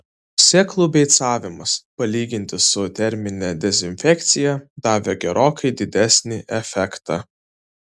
sėklų beicavimas palyginti su termine dezinfekcija davė gerokai didesnį efektą